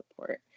support